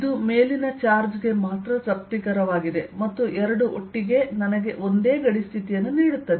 ಇದು ಮೇಲಿನ ಚಾರ್ಜ್ ಗೆ ಮಾತ್ರ ತೃಪ್ತಿಕರವಾಗಿದೆ ಮತ್ತು ಎರಡು ಒಟ್ಟಿಗೆ ನನಗೆ ಒಂದೇ ಗಡಿ ಸ್ಥಿತಿಯನ್ನು ನೀಡುತ್ತದೆ